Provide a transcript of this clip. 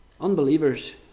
Unbelievers